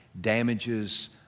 damages